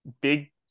big